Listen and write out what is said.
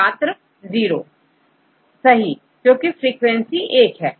छात्र0 सही क्योंकि फ्रीक्वेंसी एक है